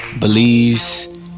Belize